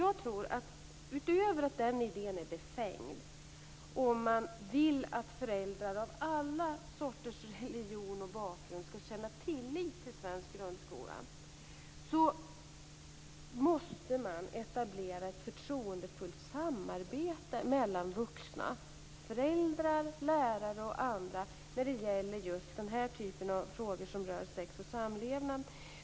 Jag tror utöver att den idén är befängd att man, om man vill att föräldrar med alla sorters religion och bakgrund skall känna tillit till svensk grundskola, måste etablera ett förtroendefullt samarbete mellan vuxna - föräldrar, lärare och andra - när det gäller frågor som rör sex och samlevnad.